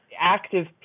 active